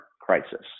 crisis